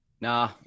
Nah